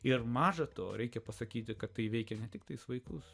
ir maža to reikia pasakyti kad tai veikia sutiktais vaikus